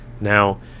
Now